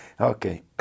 okay